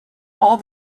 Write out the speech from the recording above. all